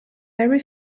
very